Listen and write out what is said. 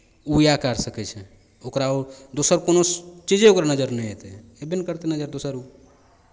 ओ इएह करि सकै छै ओकरा आओर दोसर कोनो चीजे ओकरा नजर नहि अयतै अयबे नहि करतै नजर दोसर ओ